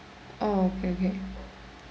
oh okay okay